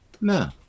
No